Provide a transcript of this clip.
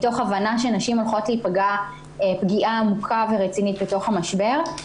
מתוך הבנה שנשים הולכות להיפגע פגיעה עמוקה ורצינית במשבר.